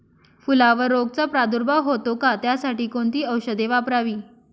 फुलावर रोगचा प्रादुर्भाव होतो का? त्यासाठी कोणती औषधे वापरावी?